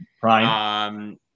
Prime